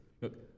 Look